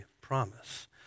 promise